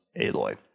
Aloy